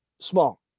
small